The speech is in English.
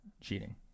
cheating